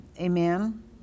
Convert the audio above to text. Amen